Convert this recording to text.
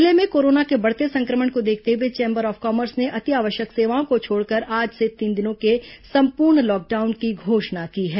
जिले में कोरोना के बढ़ते संक्रमण को देखते हुए चेंबर ऑफ कॉमर्स ने अति आवश्यक सेवाओं को छोड़कर आज से तीन दिनों का संपूर्ण लॉकडाउन की घोषणा की है